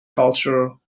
cultural